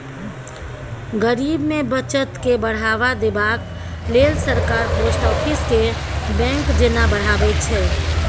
गरीब मे बचत केँ बढ़ावा देबाक लेल सरकार पोस्ट आफिस केँ बैंक जेना बढ़ाबै छै